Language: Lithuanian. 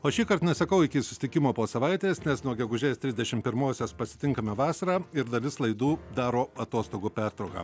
o šįkart nesakau iki susitikimo po savaitės nes nuo gegužės trisdešimt pirmosios pasitinkame vasarą ir dalis laidų daro atostogų pertrauką